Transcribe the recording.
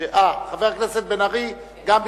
ומיכאל בן-ארי.